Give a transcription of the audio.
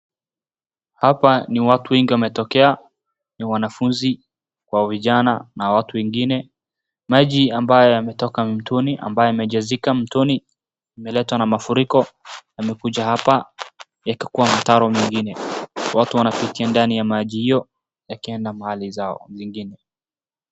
Hapa ni watu wengi wametokea ni wanafunzi kwa vijana na watu wengine. Maji ambayo yametoka mtoni, ambayo yamejazika mtoni yameletwa na mafuriko yamekuja hapa yakikuwa mtaro mwingine. Watu wanapitia ndani ya maji hiyo yakienda mahali zao zingine.